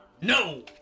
No